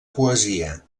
poesia